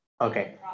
Okay